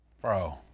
Bro